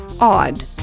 odd